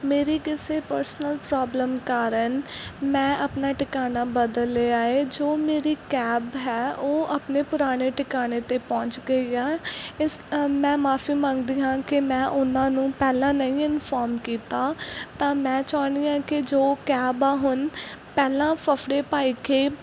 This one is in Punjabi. ਮੇਰੀ ਕਿਸੇ ਪਰਸਨਲ ਪ੍ਰੋਬਲਮ ਕਾਰਨ ਮੈਂ ਆਪਣਾ ਟਿਕਾਣਾ ਬਦਲ ਲਿਆ ਹੈ ਜੋ ਮੇਰੀ ਕੈਬ ਹੈ ਉਹ ਆਪਣੇ ਪੁਰਾਣੇ ਟਿਕਾਣੇ 'ਤੇ ਪਹੁੰਚ ਗਈ ਆ ਇਸ ਮੈਂ ਮੁਆਫੀ ਮੰਗਦੀ ਹਾਂ ਕਿ ਮੈਂ ਉਹਨਾਂ ਨੂੰ ਪਹਿਲਾਂ ਨਹੀਂ ਇਨਫੋਰਮ ਕੀਤਾ ਤਾਂ ਮੈਂ ਚਾਹੁੰਦੀ ਹਾਂ ਕਿ ਜੋ ਕੈਬ ਆ ਹੁਣ ਪਹਿਲਾਂ ਫਫੜੇ ਭਾਈ ਕੇ